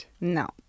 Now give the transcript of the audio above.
No